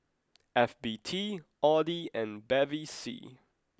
F B T Audi and Bevy C